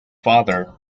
father